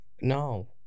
No